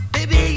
Baby